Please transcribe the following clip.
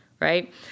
right